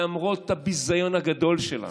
למרות הביזיון הגדול שלה,